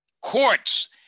courts